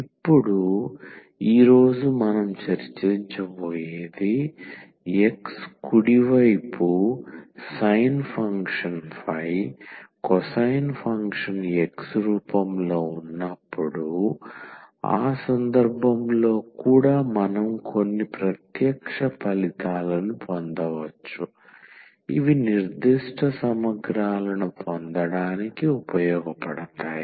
ఇప్పుడు ఈ రోజు మనం చర్చిస్తాము x కుడి వైపు sin ఫంక్షన్ పై cosine ఫంక్షన్ x రూపంలో ఉన్నప్పుడు ఆ సందర్భంలో కూడా మనం కొన్ని ప్రత్యక్ష ఫలితాలను పొందవచ్చు ఇవి నిర్దిష్ట సమగ్రాలను పొందడానికి ఉపయోగపడతాయి